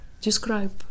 describe